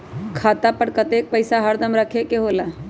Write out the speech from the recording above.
खाता पर कतेक पैसा हरदम रखखे के होला?